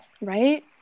Right